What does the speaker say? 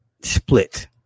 split